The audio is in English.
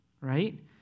right